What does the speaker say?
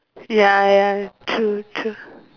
ya ya true true